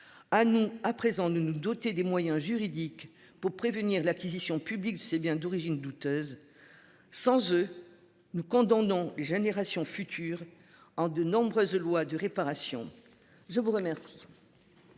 à nous à présent nous nous doter des moyens juridiques pour prévenir l'acquisition publique c'est bien d'origine douteuse. Sans eux, nous condamnons générations futures en de nombreuses lois de réparation. Je vous remercie.